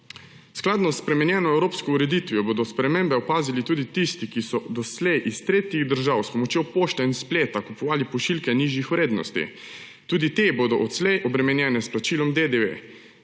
Skladno s spremenjeno evropsko ureditvijo bodo spremembe opazili tudi tisti, ki so doslej iz tretjih držav s pomočjo pošte in spleta kupovali pošiljke nižjih vrednosti. Tudi te bodo odslej obremenjene s plačilom DDV,